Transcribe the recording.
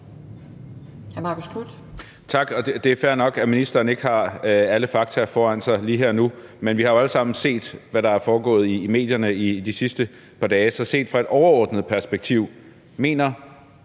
Tak. Det er fair nok, at ministeren ikke har alle fakta foran sig lige her og nu. Men vi har jo alle sammen set, hvad der er foregået i medierne de sidste par dage, så set fra et overordnet perspektiv: Mener